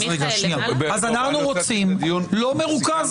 אז אנחנו רוצים לא מרוכז.